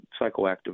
psychoactive